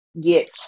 get